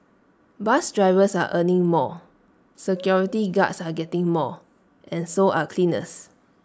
bus drivers are earning more security guards are getting more and so are cleaners